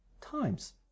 times